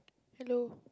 hello